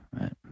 right